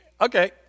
Okay